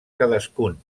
cadascun